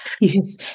yes